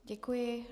Děkuji.